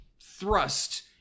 thrust